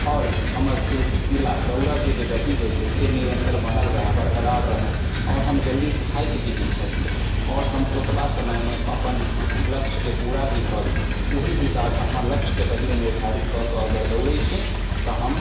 आओर हमर सिलसिला दौड़यके जे गति होइ छै से निरन्तर बनल रहए बरकरार रहए आओर हम जल्दी थाकि भी नहि सकी आओर हम ओतबा समयमे अपन लक्ष्यके पूरा भी कऽ ली ओही हिसाबसँ हमर लक्ष्यके पहिने निर्धारित कऽ कऽ अगर दौड़ै छी तऽ हम